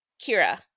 Kira